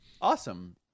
Awesome